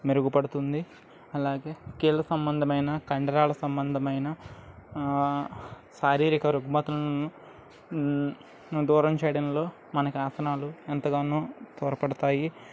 మెరుగుపడుతుంది అలాగే కీళ్ళ సంబంధమైన కండరాల సంబంధమైన శారీరక రుగ్మతులను దూరం చేయడంలో మనకు ఆసనాలు ఎంతగానో తోడ్పడతాయి